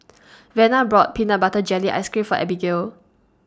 Vena brought Peanut Butter Jelly Ice Cream For Abigail